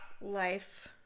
life